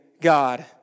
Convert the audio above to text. God